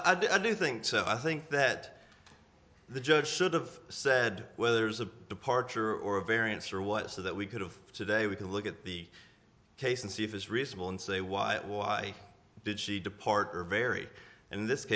that i do think so i think that the judge should've said well there's a departure or a variance or what so that we could have today we can look at the case and see if it's reasonable and say why it was i did she depart very in this